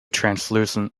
translucent